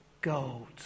gold